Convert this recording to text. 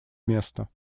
места